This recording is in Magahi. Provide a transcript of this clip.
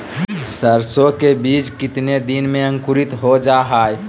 सरसो के बीज कितने दिन में अंकुरीत हो जा हाय?